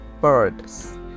birds